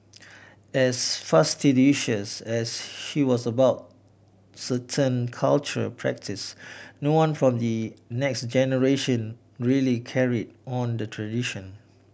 as fastidious as she was about certain cultural practices no one from the next generation really carried on the tradition